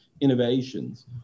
innovations